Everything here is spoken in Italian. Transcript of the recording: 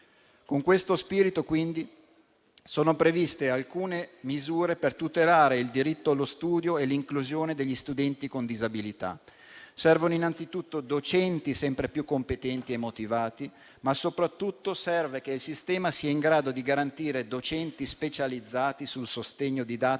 Con questo spirito, quindi, sono previste alcune misure per tutelare il diritto allo studio e l'inclusione degli studenti con disabilità. Servono innanzitutto docenti sempre più competenti e motivati, ma soprattutto serve che il sistema sia in grado di garantire docenti specializzati sul sostegno didattico